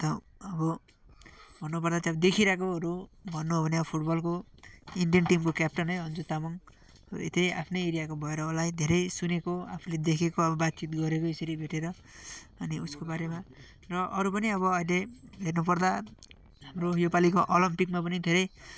अन्त अब भन्नुपर्दा चाहिँ अब देखिरहेकोहरू भन्नु हो भने फुटबलको इन्डियन टिमको क्यापटनै अन्जु तामाङ यतै आफ्नै एरियाको भएर होला धेरै सुनेको आफूले देखेको अब बातचित गरेको यसरी भेटेर अनि उसकोबारेमा र अरू पनि अब अहिले हेर्नु पर्दा हाम्रो योपालिको ओलम्पिकमा पनि धेरै